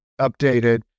updated